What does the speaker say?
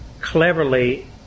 cleverly